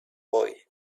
boy